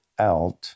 out